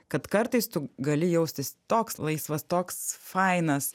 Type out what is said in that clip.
kad kartais tu gali jaustis toks laisvas toks fainas